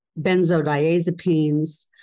benzodiazepines